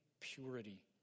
purity